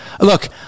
Look